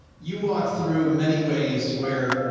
you walked through many ways where, ah,